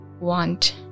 want